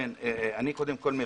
קודם כול,